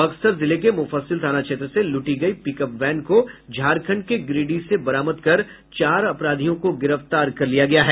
बक्सर जिले के मुफस्सिल थाना क्षेत्र से लूटी गयी पिकअप वैन को झारखंड के गिरीडीह से बरामद कर चार अपराधियों को गिरफ्तार कर लिया गया है